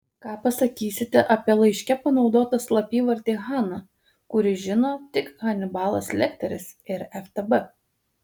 ką pasakysite apie laiške panaudotą slapyvardį hana kurį žino tik hanibalas lekteris ir ftb